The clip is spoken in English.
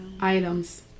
items